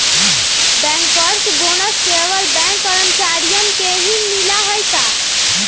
Bankers bonus केवल bank कर्मचारियन के ही मिला हई का?